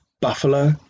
buffalo